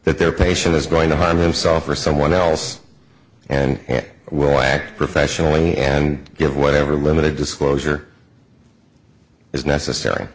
that their patient is going to harm himself or someone else and will act professionally and give whatever limited disclosure is necessary